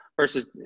versus